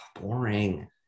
boring